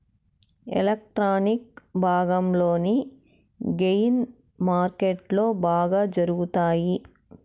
electronic భాగంలోని gain మార్కెట్లో బాగా జరుగుతాయి